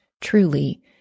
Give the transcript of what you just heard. Truly